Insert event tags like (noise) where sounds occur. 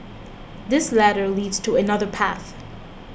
this ladder leads to another path (noise)